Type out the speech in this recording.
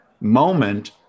moment